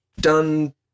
done